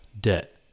debt